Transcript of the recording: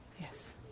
Yes